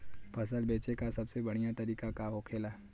फसल बेचे का सबसे बढ़ियां तरीका का होखेला?